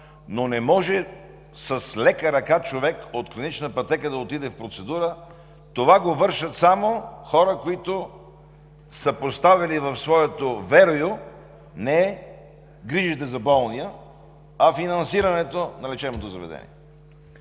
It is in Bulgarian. но не може с лека ръка човек от клинична пътека да отиде в процедура. Това го вършат само хора, които са поставили в своето верую не грижите за болния, а финансирането на лечебното заведение.